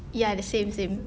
ya the same same